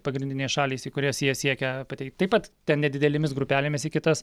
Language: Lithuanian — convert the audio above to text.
pagrindinės šalys į kurias jie siekia patei taip pat ten nedidelėmis grupelėmis į kitas